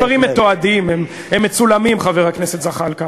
הדברים מתועדים, הם מצולמים, חבר הכנסת זחאלקה.